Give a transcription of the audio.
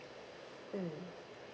mm